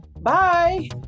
Bye